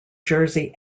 jersey